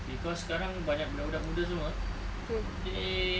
cause sekarang banyak budak-budak muda semua they